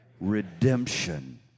redemption